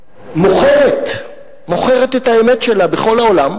שמוכרת את האמת שלה בכל העולם,